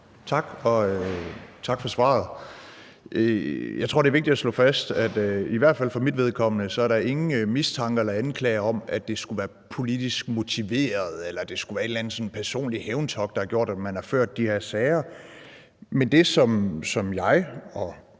Tak for svaret. Jeg tror, det er vigtigt at slå fast, at der i hvert fald for mit vedkommende ikke er nogen mistanke eller anklage om, at det skulle være politisk motiveret, eller at det skulle være et eller andet personligt hævntogt, der har gjort, at man har ført de her sager. Men det, som jeg og